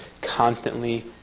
constantly